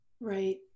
Right